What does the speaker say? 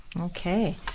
Okay